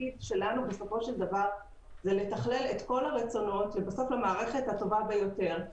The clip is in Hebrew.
התפקיד שלנו זה לתכלל את כל הרצונות למערכת הטובה ביותר.